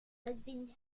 husband